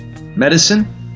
medicine